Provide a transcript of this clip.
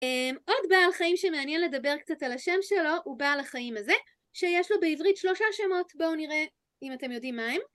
עוד בעל חיים שמעניין לדבר קצת על השם שלו הוא בעל החיים הזה, שיש לו בעברית שלושה שמות, בואו נראה אם אתם יודעים מה הם